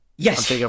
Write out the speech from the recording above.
Yes